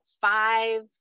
five